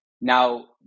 Now